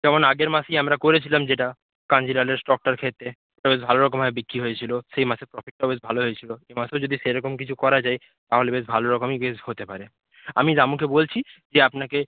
যেমন আগের মাসেই আমরা করেছিলাম যেটা কাঞ্জিলালের স্টকটার ক্ষেত্রে এটা বেশ ভালো রকমের বিক্রি হয়েছিল সেই মাসে প্রফিটটাও বেশ ভালো হয়েছিল এ মাসেও যদি সে রকম কিছু করা যায় তা হলে বেশ ভালো রকমই বেশ হতে পারে আমি রামুকে বলছি যে আপনাকে